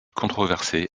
controversé